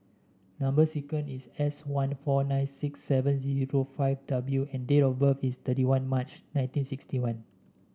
number sequence is S one four nine six seven zero five W and date of birth is thirty one March nineteen sixty one